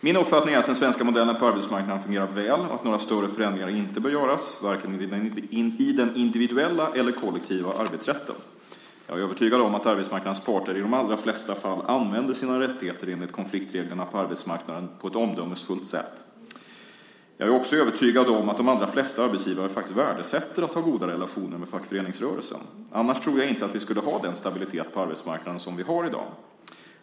Min uppfattning är att den svenska modellen på arbetsmarknaden fungerar väl och att några större förändringar inte bör göras vare sig i den individuella eller i den kollektiva arbetsrätten. Jag är övertygad om att arbetsmarknadens parter i de allra flesta fall använder sina rättigheter enligt konfliktreglerna på arbetsmarknaden på ett omdömesfullt sätt. Jag är också övertygad om att de allra flesta arbetsgivare faktiskt värdesätter att ha goda relationer med fackföreningsrörelsen. Annars tror jag inte att vi skulle ha den stabilitet på arbetsmarknaden som vi har i dag.